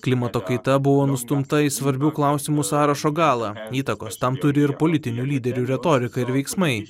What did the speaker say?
klimato kaita buvo nustumta į svarbių klausimų sąrašo galą įtakos tam turi ir politinių lyderių retorika ir veiksmai